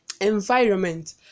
Environment